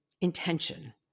intention